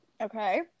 Okay